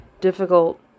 difficult